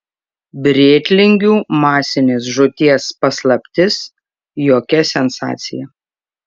brėtlingių masinės žūties paslaptis jokia sensacija